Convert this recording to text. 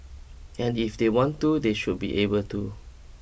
and if they want to they should be able to